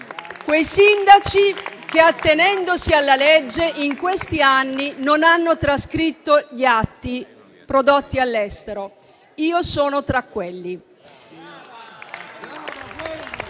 quei sindaci che, attenendosi alla legge, in questi anni non hanno trascritto gli atti prodotti all'estero. Io sono tra quelli.